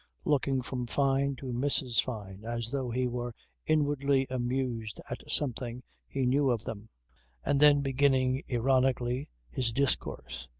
looking from fyne to mrs. fyne as though he were inwardly amused at something he knew of them and then beginning ironically his discourse.